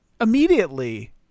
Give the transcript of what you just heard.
immediately